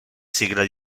sigla